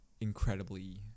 incredibly